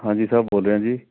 ਹਾਂਜੀ ਸਾਹਿਬ ਬੋਲ ਰਿਹਾ ਜੀ